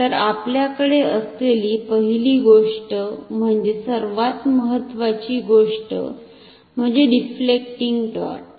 तर आपल्याकडे असलेली पहिली गोष्ट म्हणजे सर्वात महत्वाची गोष्ट म्हणजे डिफ्लेक्टिंग टॉर्क